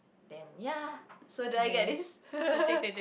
then ya so do I get this